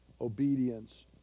obedience